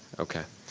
okay.